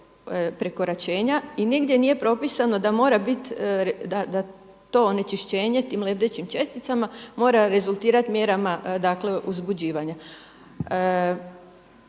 prekoračenja i nigdje nije propisano da mora bit, da to onečišćenje tim lebdećim česticama mora rezultirati mjerama, dakle uzbuđivanja.